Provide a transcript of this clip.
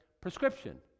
prescription